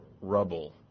rubble